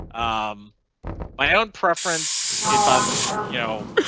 um my own preference if i'm you know